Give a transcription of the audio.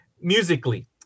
musically